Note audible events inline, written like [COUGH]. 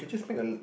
[BREATH]